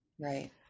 Right